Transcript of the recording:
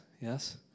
Yes